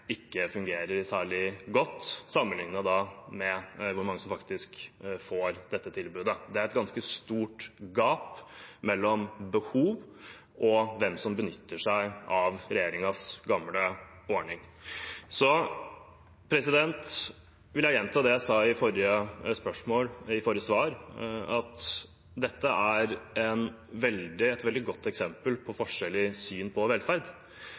ikke fungerer særlig godt, sammenlignet med hvor mange som faktisk får dette tilbudet. Det er et ganske stort gap mellom behov og hvem som benytter seg av regjeringens gamle ordning. Jeg vil gjenta det jeg sa i et tidligere svar. Dette er et veldig godt eksempel på forskjell i syn på velferd,